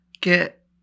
get